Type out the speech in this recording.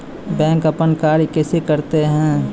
Bank अपन कार्य कैसे करते है?